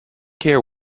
care